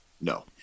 No